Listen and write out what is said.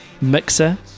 mixer